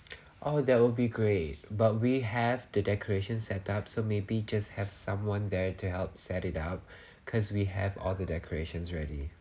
oh that would be great but we have to decoration set up so maybe just have someone there to help set it out because we have all the decorations ready